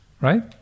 Right